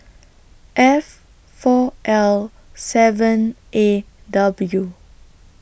F four L seven A W